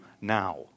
now